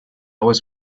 was